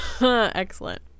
Excellent